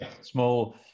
small